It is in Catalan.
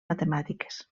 matemàtiques